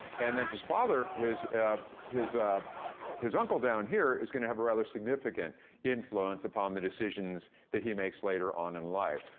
and then his father his his uncle down here is gonna have a rather significant influence upon the decisions that he makes later on in life.